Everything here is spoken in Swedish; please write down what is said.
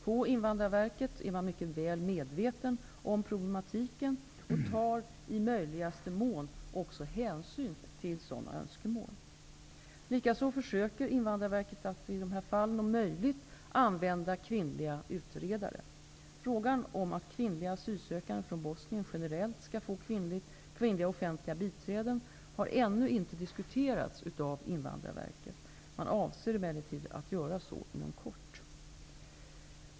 På Invandrarverket är man mycket väl medveten om problematiken och tar i möjligaste mån också hänsyn till sådana önskemål. Likaså försöker Invandrarverket att i dessa fall om möjligt använda kvinnliga utredare. Frågan om att kvinnliga asylsökande från Bosnien generellt skall få kvinnliga offentliga biträden har ännu inte diskuterats av Invandrarverket. Man avser emellertid att göra så inom kort.